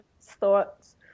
thoughts